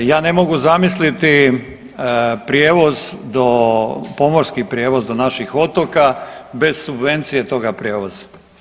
Ja ne mogu zamisliti prijevoz do, pomorski prijevoz do naših otoka bez subvencije toga prijevoza.